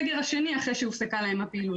אחד, אני רוצה להצטרף למה שחברת הכנסת אורלי פרומן